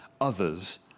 others